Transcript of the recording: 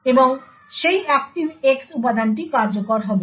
এবং সেই ActiveX উপাদানটি কার্যকর হবে